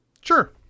Sure